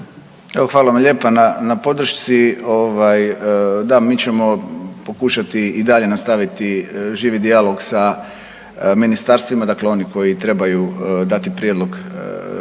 hvala vam lijepa na podršci, ovaj da mi ćemo pokušati i dalje nastaviti živi dijalog sa ministarstvima, dakle oni koji trebaju dati prijedlog